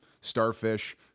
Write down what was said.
starfish